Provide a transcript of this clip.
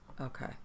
Okay